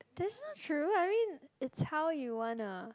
that's not true I mean it's how you wanna